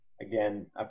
Again